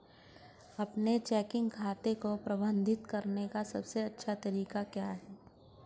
अपने चेकिंग खाते को प्रबंधित करने का सबसे अच्छा तरीका क्या है?